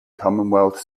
commonwealth